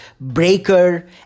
Breaker